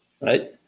right